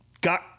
got